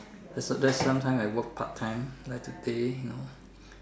that's a there's sometimes I work part time at the day you know